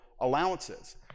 allowances